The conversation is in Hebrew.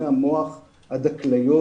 מהמוח עד הכליות,